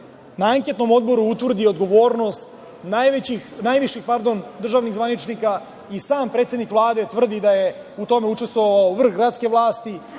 na anketnom odboru utvrdi odgovornost najviših državnih zvaničnika. I sam predsednik Vlade tvrdi da je u tome učestvovalo vrh gradske vlasti.